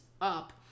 up